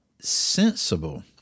sensible